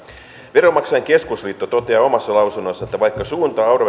veronmaksajain keskusliitto toteaa omassa lausunnossaan että vaikka suunta